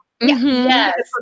Yes